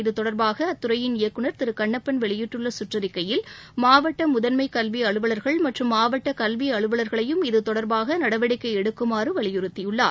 இத்தொடர்பாக அத்துறையின் இயக்குநர் திரு கண்ணப்பன் வெளியிட்டுள்ள சுற்றறிக்கையில் மாவட்ட முதன்மை கல்வி அலுவலர்கள் மற்றும் மாவட்ட கல்வி அலுவலர்களையும் இத்தொடர்பாக நடவடிக்கை எடுக்குமாறு வலியுறுத்தியுள்ளார்